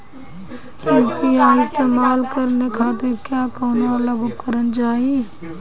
UPI इस्तेमाल करने खातिर क्या कौनो अलग उपकरण चाहीं?